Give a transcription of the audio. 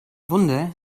wunder